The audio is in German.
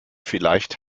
vielleicht